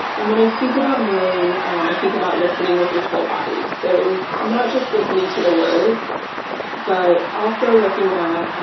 and when i think about mirroring i think about listening with your whole body. so not just listening to the words but also looking at